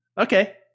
Okay